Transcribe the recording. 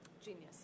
Genius